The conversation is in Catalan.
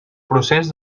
procés